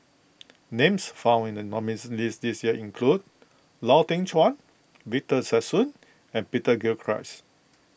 names found in the nominees' list this year include Lau Teng Chuan Victor Sassoon and Peter Gilchrist